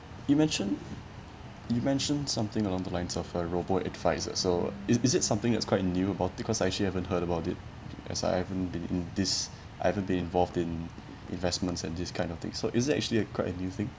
you mentioned you mentioned something along the lines of uh robo advisors so is is it something that's quite new because I actually haven't heard about it as I haven't been in this I haven't been involved in investments and this kind of thing so is it actually quite a new thing